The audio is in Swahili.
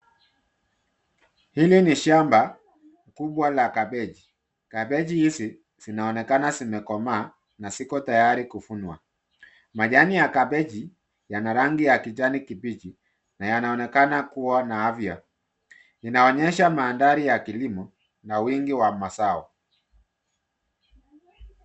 Hili ni shamba kubwa la kabeji. Kabeji izi zinaonekana zimekomaa na ziko tayari kuvunwa. Majani ya kabeji yana rangi ya kijani kibichi na yanaonekana kuwa na afya. Inaonyesha mandhari ya kilimo na wingi wa mazao.